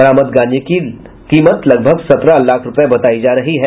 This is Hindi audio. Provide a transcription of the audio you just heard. बरामद गांजे की लगभग सत्रह लाख रुपये बतायी जा रही है